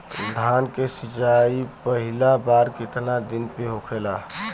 धान के सिचाई पहिला बार कितना दिन पे होखेला?